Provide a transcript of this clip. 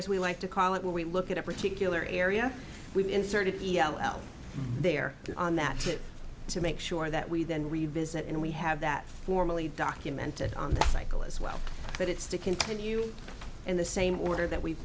as we like to call it when we look at a particular area we've inserted p l l there on that trip to make sure that we then revisit and we have that formally documented on the cycle as well but it's to continue in the same order that we've